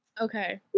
Okay